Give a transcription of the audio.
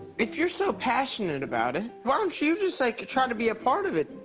if you're so passionate about it, why don't you just, like, try to be a part of it?